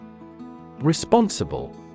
Responsible